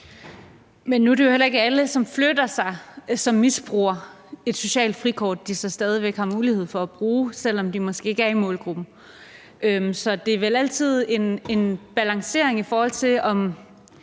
Men nu er det jo heller ikke alle dem, der flytter sig, som misbruger et socialt frikort, de så stadig har mulighed for at bruge, selv om de måske ikke er i målgruppen. Så det er vel altid en balancering, i forhold til om